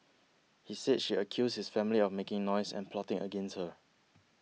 he said she accused his family of making noise and plotting against her